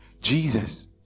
Jesus